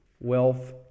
wealth